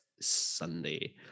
Sunday